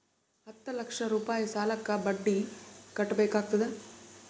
ಹತ್ತ ಲಕ್ಷ ರೂಪಾಯಿ ಸಾಲಕ್ಕ ಎಷ್ಟ ಬಡ್ಡಿ ಕಟ್ಟಬೇಕಾಗತದ?